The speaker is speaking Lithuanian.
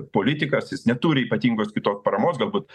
politikas jis neturi ypatingos kitos paramos galbūt